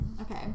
Okay